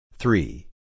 Three